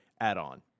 add-on